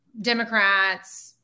Democrats